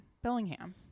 Bellingham